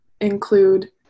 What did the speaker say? include